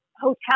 hotel